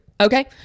Okay